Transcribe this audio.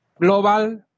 global